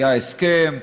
היה הסכם,